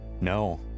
No